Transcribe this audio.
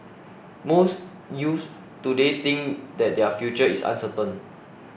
most youths today think that their future is uncertain